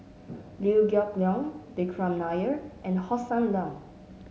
Liew Geok Leong Vikram Nair and Hossan Leong